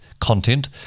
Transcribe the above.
content